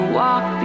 walk